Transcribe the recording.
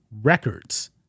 records